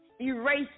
Erase